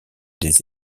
des